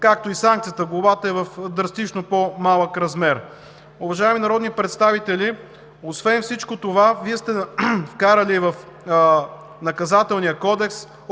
Както и санкцията – глобата е в драстично по-малък размер. Уважаеми народни представители, освен всичко това, сте вкарали в Наказателния кодекс